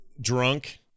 drunk